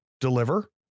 deliver